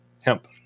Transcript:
hemp